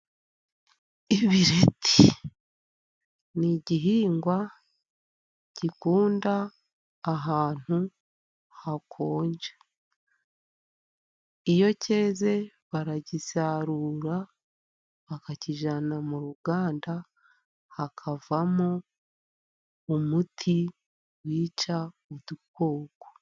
Ibireti ni igihingwa gikunda ahantu hakonje, iyo cyeze baragisarura bakakijyana mu ruganda hakavamo umuti wica udukoko.